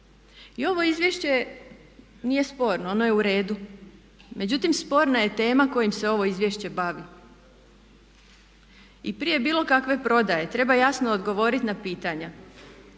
I ovo izvješće nije sporno, ono je u redu. Međutim, sporna je tema kojim se ovo izvješće bavi. I prije bilo kakve prodaje treba jasno odgovorit na pitanja